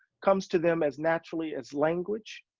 comes to them as naturally as language,